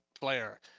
player